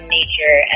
nature